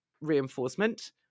reinforcement